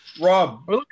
Rob